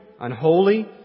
unholy